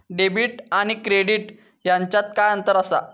Debit आणि credit ह्याच्यात काय अंतर असा?